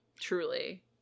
Truly